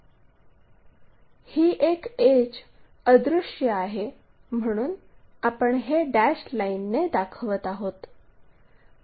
ही एक एड्ज अदृश्य आहे म्हणून आपण हे डॅश लाईनने दाखवत आहोत